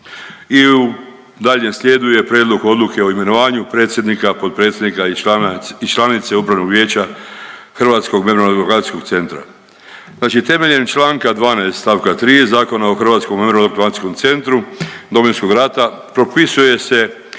I u daljnjem slijedu je Prijedlog Odluke o imenovanju predsjednika, potpredsjednika i člana, i članice Upravnog vijeća Hrvatskom memorijalno dokumentacijskog centra. Znači temeljem Članka 12. stavka 3. Zakona o Hrvatskom memorijalno dokumentacijskom centru Domovinskog rata propisuje se